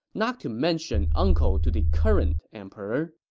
not to mention uncle to the current emperor.